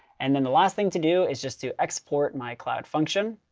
and then the last thing to do is just to export my cloud function.